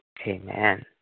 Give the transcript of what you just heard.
Amen